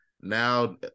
Now